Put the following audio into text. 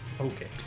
okay